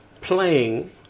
playing